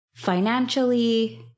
financially